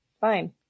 Fine